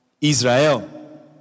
Israel